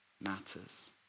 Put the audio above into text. matters